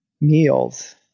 meals